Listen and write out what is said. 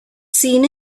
seen